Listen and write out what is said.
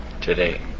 today